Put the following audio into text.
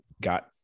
got